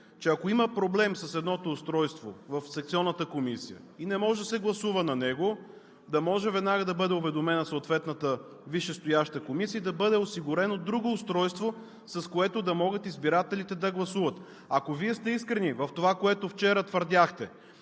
че ако има проблем с едното устройство в секционната комисия и не може да се гласува на него, да може веднага да бъде уведомена съответната висшестояща комисия и да бъде осигурено друго устройство, с което да могат избирателите да гласуват. Ако Вие сте искрени в това, което вчера твърдяхте,